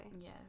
Yes